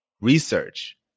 research